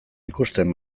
ikusten